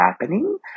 happening